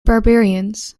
barbarians